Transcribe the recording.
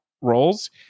roles